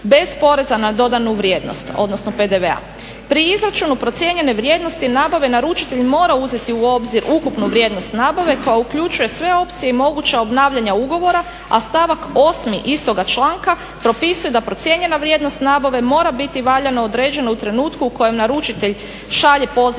bez poreza na dodanu vrijednost odnosno PDV-a. Pri izračunu procijenjene vrijednosti nabave naručitelj mora uzeti u obzir ukupnu vrijednost nabave koja uključuje sve opcije i moguća obnavljanja ugovora, a stavak 8.istoga članka propisuje da procijenjena vrijednost nabave mora biti valjano određena u trenutku u kojem naručitelj šalje poziv